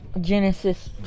Genesis